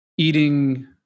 Eating